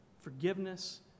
forgiveness